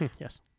Yes